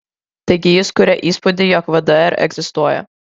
taigi jis kuria įspūdį jog vdr egzistuoja